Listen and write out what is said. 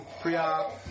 pre-op